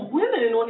women